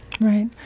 Right